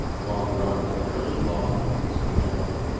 wound round a fairly long piece of shafting.